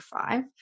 five